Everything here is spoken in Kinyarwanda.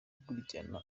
gukurikirana